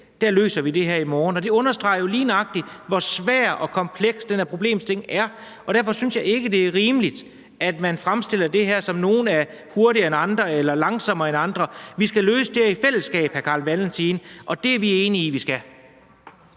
løser vi det her i morgen. Det understreger jo lige nøjagtig, hvor svær og kompleks den her problemstilling er. Derfor synes jeg ikke, det er rimeligt, at man fremstiller det her, som om nogle er hurtigere end andre eller langsommere end andre. Vi skal løse det her i fællesskab, hr. Carl Valentin. Det er vi enige i at vi skal.